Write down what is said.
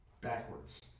Backwards